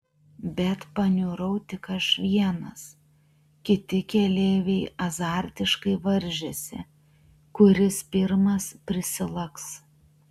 bet paniurau tik aš vienas kiti keleiviai azartiškai varžėsi kuris pirmas prisilaks